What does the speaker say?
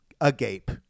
agape